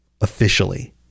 Officially